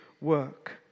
work